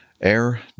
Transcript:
Air